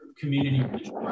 community